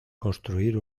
construir